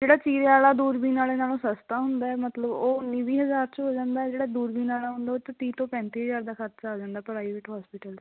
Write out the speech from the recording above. ਜਿਹੜਾ ਚੀਰੇ ਵਾਲਾ ਦੂਰਬੀਨ ਵਾਲੇ ਨਾਲ਼ੋਂ ਸਸਤਾ ਹੁੰਦਾ ਮਤਲਬ ਉਹ ਉੱਨੀ ਵੀਹ ਹਜ਼ਾਰ 'ਚ ਹੋ ਜਾਂਦਾ ਜਿਹੜਾ ਦੂਰਬੀਨ ਵਾਲਾ ਹੁੰਦਾ ਉਹ 'ਚ ਤੀਹ ਤੋਂ ਪੈਂਤੀ ਹਜ਼ਾਰ ਦਾ ਖਰਚਾ ਆ ਜਾਂਦਾ ਪ੍ਰਾਈਵੇਟ ਹੋਸਪੀਟਲ 'ਚ